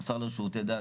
השר לשירותי דת,